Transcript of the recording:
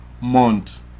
month